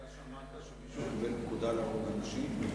אתה שמעת שמישהו קיבל פקודה להרוג אנשים?